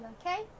okay